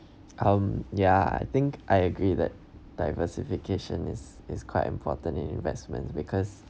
um ya I think I agree that diversification is is quite important in investments because